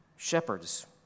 shepherds